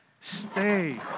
stay